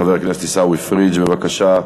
חבר הכנסת עיסאווי פריג', בבקשה.